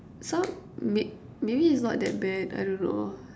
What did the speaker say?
so may~ maybe it's not that bad I don't know